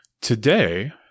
Today